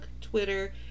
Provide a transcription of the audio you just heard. Twitter